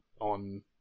on